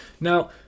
Now